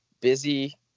busy